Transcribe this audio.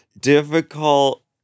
difficult